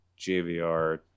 JVR